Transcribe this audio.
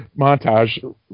montage